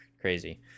crazy